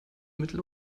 mittel